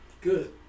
Good